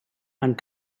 and